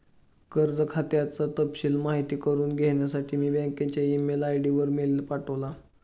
कर्ज खात्याचा तपशिल माहित करुन घेण्यासाठी मी बँकच्या ई मेल आय.डी वर मेल पाठवला